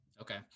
okay